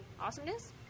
Awesomeness